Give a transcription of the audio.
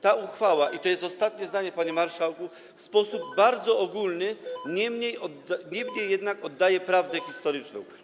Ta uchwała - to jest ostatnie zdanie, panie marszałku - w sposób bardzo ogólny oddaje, niemniej jednak oddaje, prawdę historyczną.